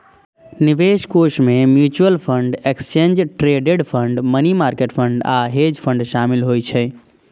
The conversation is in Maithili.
निवेश कोष मे mutual fund, exchange traded fund, money market fund आ हेज फंड शामिल होइ छै